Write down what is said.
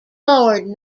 lord